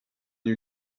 you